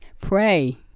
pray